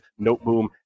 noteboom